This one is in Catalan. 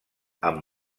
amb